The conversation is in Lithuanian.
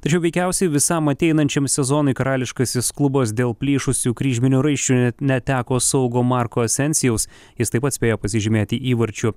tačiau veikiausiai visam ateinančiam sezonui karališkasis klubas dėl plyšusių kryžminių raiščių net neteko saugo marko sensijaus jis taip pat spėjo pasižymėti įvarčiu